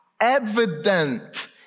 evident